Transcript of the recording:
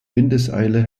windeseile